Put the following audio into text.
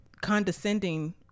condescending